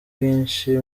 bwinshi